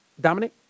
dominic